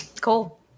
Cool